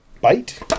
bite